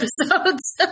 episodes